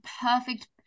perfect